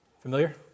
Familiar